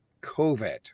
COVID